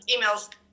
emails